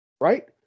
right